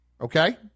Okay